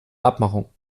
abmachung